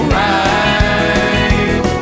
right